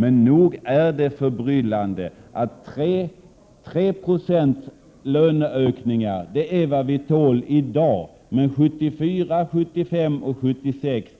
Men nog är det förbryllande att 3 26 i löneökningar är vad vi tål i dag, medan vi under åren 1974, 1975 och 1976